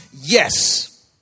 Yes